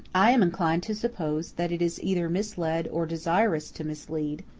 i am inclined to suppose that it is either misled or desirous to mislead.